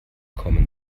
kommen